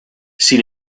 sin